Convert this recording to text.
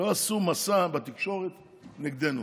לא עשו מסע בתקשורת נגדנו.